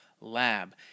Lab